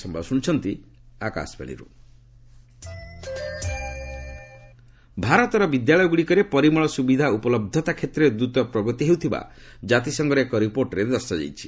UN India sanitation ଭାରତର ବିଦ୍ୟାଳୟଗୁଡ଼ିକରେ ପରିମଳ ସୁବିଧା ଉପଲହ୍ଧତା କ୍ଷେତ୍ରରେ ଦ୍ରତ ପ୍ରଗତି ହେଉଥିବା କାତିସଂଘର ଏକ ରିପୋର୍ଟରେ ଦର୍ଶାଯାଇଛି